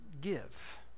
give